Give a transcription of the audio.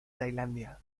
tailandia